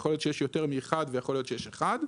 יכול להיות שיש יותר מאחד ויכול להיות שיש אחד.